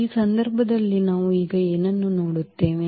ಈ ಸಂದರ್ಭದಲ್ಲಿ ನಾವು ಈಗ ಏನನ್ನು ನೋಡುತ್ತೇವೆ